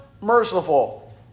merciful